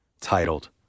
titled